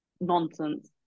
nonsense